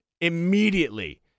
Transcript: immediately